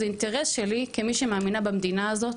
זה אינטרס שלי כמי שמאמינה במדינה הזאת,